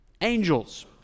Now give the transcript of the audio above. angels